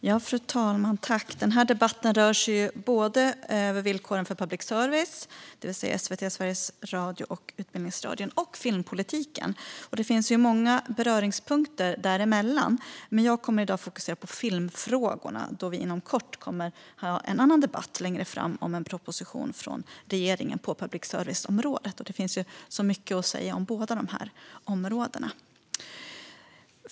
Fru talman! Den här debatten rör sig över både villkoren för public service, det vill säga SVT, Sveriges Radio och Utbildningsradion, och filmpolitiken. Det finns många beröringspunkter däremellan. Men jag kommer i dag att fokusera på filmfrågorna, då vi inom kort kommer att debattera en proposition från regeringen på public service-området. Det finns ju så mycket att säga om båda dessa områden.